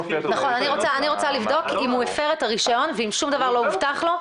אני רוצה לבדוק אם הוא הפר את הרישיון ואם שום דבר לא הובטח לו,